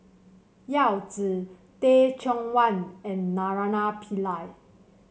Yao Zi Teh Cheang Wan and Naraina Pillai